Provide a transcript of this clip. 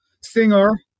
singer